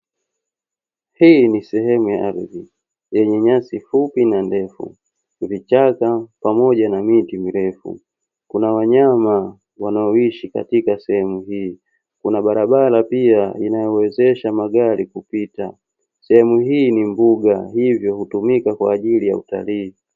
Hii ni sehemu ya ardhi yenye nyasi fupi na ndefu, vichaka pamoja na miti mirefu. Kuna wanyama wanaoishi katika sehemu hii, kuna barabara pia inayowezesha magari kupita. Sehemu hii ni mbuga hivyo hutumika kwa ajili ya utalii.